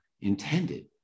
intended